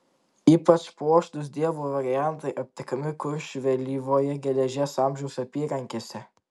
ypač puošnūs dievo variantai aptinkami kuršių vėlyvojo geležies amžiaus apyrankėse